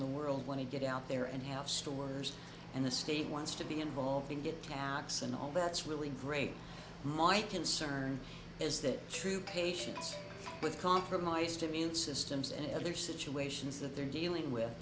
the world want to get out there and have stores and the state wants to be involved and get counseling all that's really great my concern is that true patients with compromised immune systems and other situations that they're dealing with